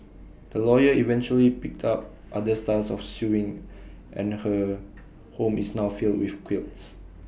the lawyer eventually picked up other styles of sewing and her home is now filled with quilts